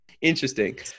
Interesting